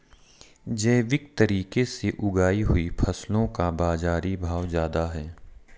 जैविक तरीके से उगाई हुई फसलों का बाज़ारी भाव ज़्यादा है